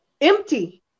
empty